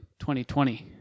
2020